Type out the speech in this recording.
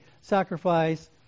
sacrifice